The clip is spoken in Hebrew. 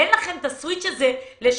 אין לכם את הסוויץ' הזה לשנות.